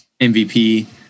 MVP